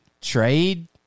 trade